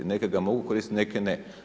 Neke ga mogu koristiti, neke ne.